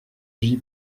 j’y